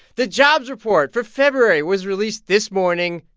the jobs report for february was released this morning,